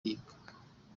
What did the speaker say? yiga